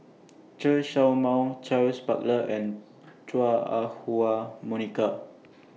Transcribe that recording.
Chen Show Mao Charles Paglar and Chua Ah Huwa Monica